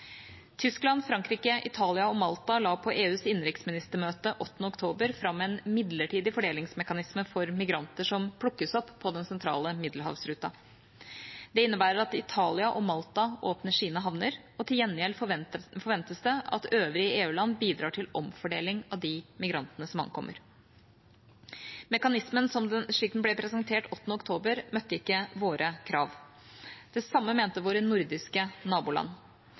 Tyskland, Frankrike, Italia og Malta la på EUs innenriksministermøte 8. oktober fram en midlertidig fordelingsmekanisme for migranter som plukkes opp på den sentrale middelhavsruten. Det innebærer at Italia og Malta åpner sine havner. Til gjengjeld forventes det at øvrige EU-land bidrar til omfordeling av de migrantene som ankommer. Mekanismen slik den ble presentert 8. oktober, møtte ikke våre krav. Det samme mente våre nordiske naboland.